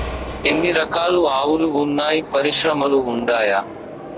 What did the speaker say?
ఎన్ని రకాలు ఆవులు వున్నాయి పరిశ్రమలు ఉండాయా?